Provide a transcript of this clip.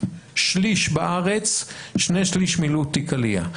שליש בארץ, שני שליש מילאו תיק עלייה.